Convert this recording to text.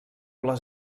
les